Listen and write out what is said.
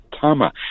Tama